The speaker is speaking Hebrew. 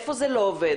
איפה זה לא עובד,